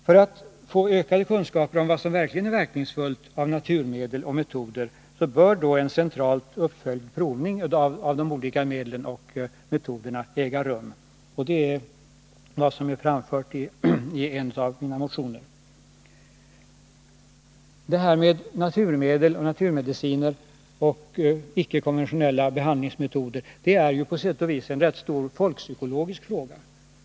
För att få ökade kunskaper om vilka naturmedel och naturmetoder som är verkningsfulla bör en centralt uppföljd provning av de olika medlen och metoderna äga rum. Detta har jag framfört i en av mina motioner. Frågan om naturmedel, naturmediciner och icke-konventionella behandlingsmetoder är ju på sätt och vis av stor folkpsykologisk betydelse.